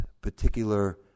particular